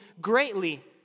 greatly